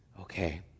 okay